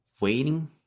waiting